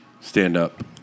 stand-up